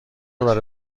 برا